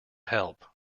help